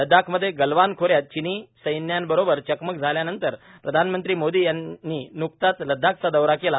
लददाखमधे गलवान खोऱ्यात चीनी सैन्याबरोबर चकमक झाल्यानंतर प्रधानमंत्री मोदी यांनी नुकताच लद्दाखचा दौरा केला